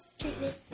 treatment